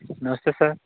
नमस्ते सर